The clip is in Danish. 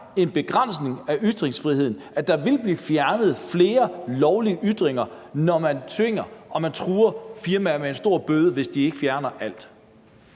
en begrænsning af ytringsfriheden, at der vil blive fjernet flere lovlige ytringer, når man tvinger firmaer til det ved at true dem med en stor bøde, hvis de ikke fjerner alt?